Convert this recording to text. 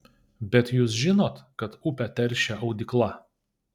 bet jūs žinot kad upę teršia audykla